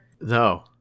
no